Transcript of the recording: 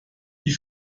die